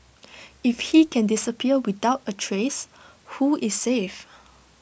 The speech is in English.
if he can disappear without A trace who is safe